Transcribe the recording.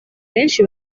benshi